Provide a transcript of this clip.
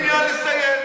אין לי עניין לסיים.